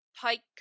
pike